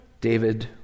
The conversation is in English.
David